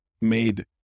made